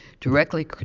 directly